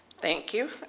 thank you.